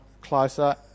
closer